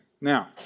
Now